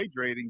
hydrating